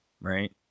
right